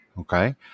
Okay